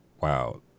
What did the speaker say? wow